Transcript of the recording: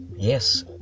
Yes